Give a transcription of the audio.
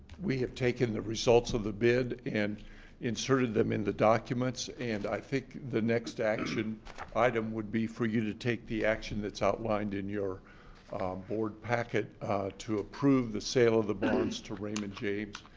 we have taken the results of the bid and inserted them in the documents, and i think the next action item would be for you to take the action that's outlined in your board packet to approve the sale of the bonds to raymond james,